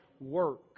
work